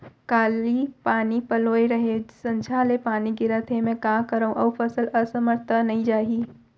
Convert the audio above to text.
काली पानी पलोय रहेंव, संझा ले पानी गिरत हे, मैं का करंव अऊ फसल असमर्थ त नई जाही?